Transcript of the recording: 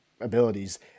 Abilities